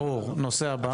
ברור, נושא הבא?